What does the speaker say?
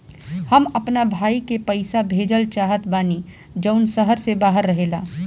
हम अपना भाई के पइसा भेजल चाहत बानी जउन शहर से बाहर रहेला